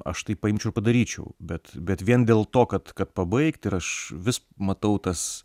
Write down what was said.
aš tai paimčiau ir padaryčiau bet bet vien dėl to kad kad pabaigt ir aš vis matau tas